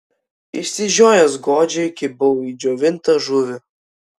išsižiojęs godžiai kibau į džiovintą žuvį